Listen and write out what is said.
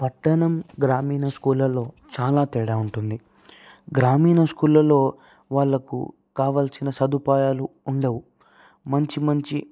పట్టణం గ్రామీణ స్కూళ్ళలో చాలా తేడా ఉంటుంది గ్రామీణ స్కూళ్ళలో వాళ్ళకు కావాల్సిన సదుపాయాలు ఉండవు మంచి మంచి